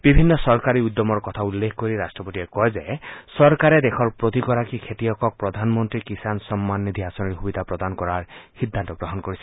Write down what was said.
বিভিন্ন চৰকাৰী উদ্যমৰ কথা উল্লেখ কৰি ৰট্টপতিয়ে কয় চৰকাৰে দেশৰ প্ৰতিগৰাকী খেতিয়কক প্ৰধানমন্ত্ৰী কিষাণ সম্মান নিধি আঁচনিৰ সুবিধা প্ৰদান কৰাৰ সিদ্ধান্ত গ্ৰহণ কৰিছে